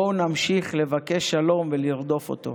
בואו נמשיך לבקש שלום ולרדוף אותו.